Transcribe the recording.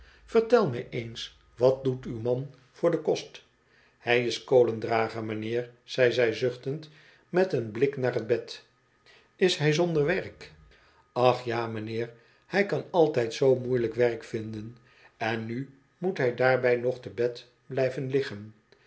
vertel mij eens wat doet uw man voorde kost hij is kolendrager mijnheer zei zij zuchtend met een blik naar liet bed is hij zonder werk ach ja mijnheer hij kan altijd zoo moeiclijk werk vinden en nu moet hij daarbij nog te bed blijven liggen